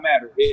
matter